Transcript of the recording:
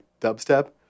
dubstep